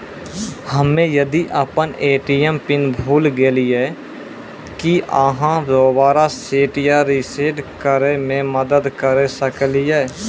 हम्मे यदि अपन ए.टी.एम पिन भूल गलियै, की आहाँ दोबारा सेट या रिसेट करैमे मदद करऽ सकलियै?